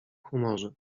humorze